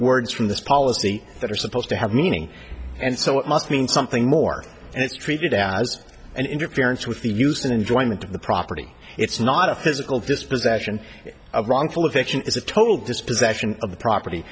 words from this policy that are supposed to have meaning and so it must mean something more and it's treated as an interference with the use and enjoyment of the property it's not a physical dispossession of wrongful addiction is a total dispossession of the property